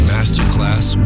Masterclass